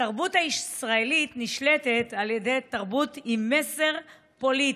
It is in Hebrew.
התרבות הישראלית נשלטת על ידי תרבות עם מסר פוליטי.